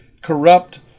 corrupt